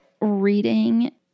reading